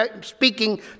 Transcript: speaking